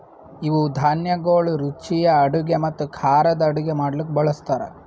ಇವು ಧಾನ್ಯಗೊಳ್ ರುಚಿಯ ಅಡುಗೆ ಮತ್ತ ಖಾರದ್ ಅಡುಗೆ ಮಾಡ್ಲುಕ್ ಬಳ್ಸತಾರ್